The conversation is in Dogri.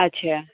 अच्छा